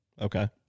Okay